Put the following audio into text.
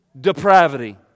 depravity